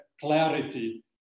clarity